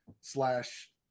slash